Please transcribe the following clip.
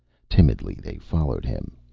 timidly they followed him.